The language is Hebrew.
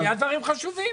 בסדר, היו דברים חשובים,